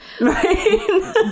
right